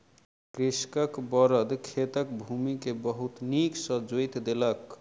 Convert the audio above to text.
कृषकक बड़द खेतक भूमि के बहुत नीक सॅ जोईत देलक